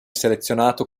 selezionato